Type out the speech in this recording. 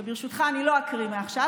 וברשותך אני לא אקריא מעכשיו,